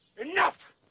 Enough